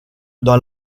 dans